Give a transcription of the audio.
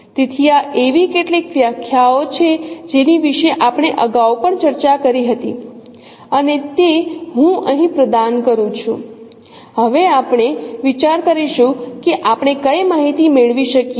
તેથી આ એવી કેટલીક વ્યાખ્યાઓ છે જેની વિશે આપણે અગાઉ પણ ચર્ચા કરી હતી અને તે હું અહીં પ્રદાન કરું છું અને હવે આપણે વિચાર કરીશું કે આપણે કઈ માહિતી મેળવી શકીએ